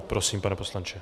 Prosím, pane poslanče.